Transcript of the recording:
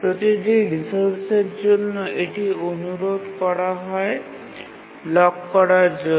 প্রতিটি রিসোর্সের জন্য এটি অনুরোধ করা হয়ব্লক করার জন্য